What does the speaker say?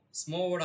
small